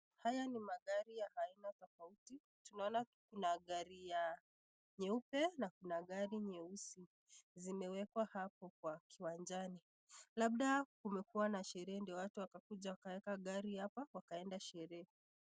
Haya ni magari ya aina tofauti, tunaona kuna gari ya nyeupe na kuna gari nyeusi. Zimewekwa hapo kwa kiwanjani. Labda kumekuwa na sherehe ndio watu wakakuja wakaweka gari hapa wakaenda sherehe.